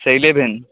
ᱥᱮ ᱤᱞᱮᱵᱷᱮᱱ